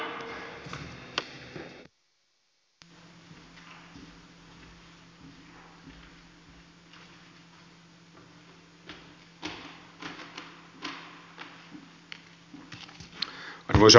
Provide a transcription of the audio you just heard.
arvoisa puhemies